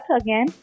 again